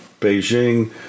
Beijing